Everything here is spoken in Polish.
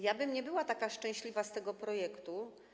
Ja bym nie była taka szczęśliwa z powodu tego projektu.